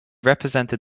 represented